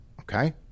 Okay